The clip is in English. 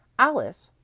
alice,